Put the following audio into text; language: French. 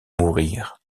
mourir